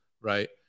right